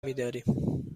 میداریم